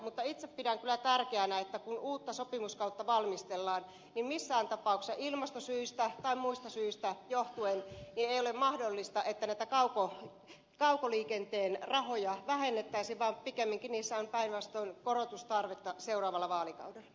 mutta itse pidän kyllä tärkeänä että kun uutta sopimuskautta valmistellaan niin missään tapauksessa ilmastosyistä tai muista syistä johtuen ei ole mahdollista että näitä kaukoliikenteen rahoja vähennettäisiin vaan pikemminkin niissä on päinvastoin korotustarvetta seuraavalla vaalikaudella